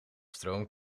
stroom